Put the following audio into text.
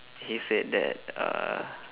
he said that uh